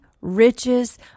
riches